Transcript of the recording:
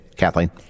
Kathleen